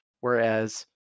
Whereas